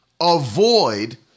avoid